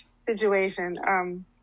situation